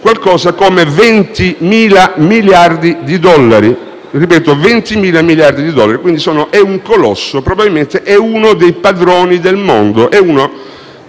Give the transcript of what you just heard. circa 20.000 miliardi di dollari. Ripeto: 20.000 miliardi di dollari. Quindi, è un colosso. Probabilmente, è uno dei padroni del mondo.